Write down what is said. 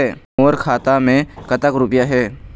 मोर खाता मैं कतक रुपया हे?